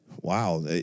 Wow